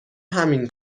همین